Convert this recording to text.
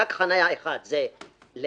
תג חניה אחד הוא לוואנים,